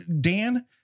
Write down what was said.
Dan